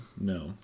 no